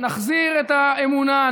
נחזיר את האמונה,